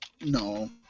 no